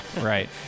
Right